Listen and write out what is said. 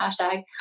Hashtag